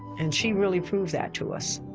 and she really proved that to us.